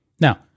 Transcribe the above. Now